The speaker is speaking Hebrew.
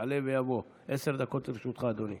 יעלה ויבוא, עשר דקות לרשותך, אדוני.